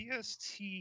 PST